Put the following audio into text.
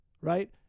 Right